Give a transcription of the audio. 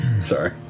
Sorry